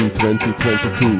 2022